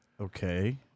Okay